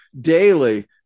daily